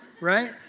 right